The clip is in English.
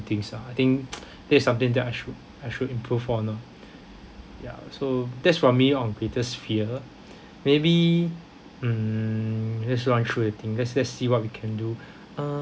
things lah I think that is something that I should I should improve on lor ya so that's for me on greatest fear maybe mm let's run through the thing let's let's see what we can do uh